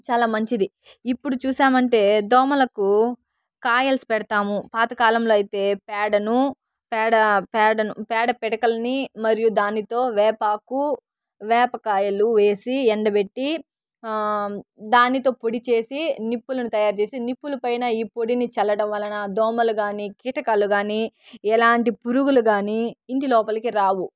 చాలా మంచిది ఇప్పుడు చూసామంటే దోమలకు కాయల్స్ పెడతాము పాతకాలంలో అయితే పేడను పేడ పేడను పేడ పిడకలని మరియు దానితో వేపాకు వేపకాయలు వేసి ఎండబెట్టి దానితో పొడి చేసి నిప్పులను తయారు చేసి నిప్పుల పైన ఈ పొడిని చల్లడం వలన దోమలు కానీ కీటకాలు కానీ ఎలాంటి పురుగులు కానీ ఇంటి లోపలికి రావు